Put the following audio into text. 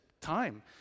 time